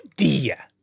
idea